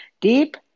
Deep